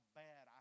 bad